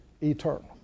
eternal